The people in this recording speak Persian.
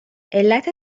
علت